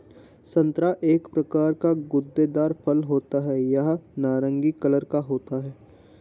संतरा एक प्रकार का गूदेदार फल होता है यह नारंगी कलर का होता है